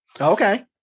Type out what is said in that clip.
Okay